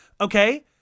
Okay